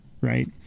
right